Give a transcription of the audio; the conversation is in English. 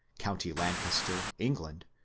county lancaster, england,